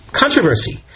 controversy